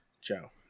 Joe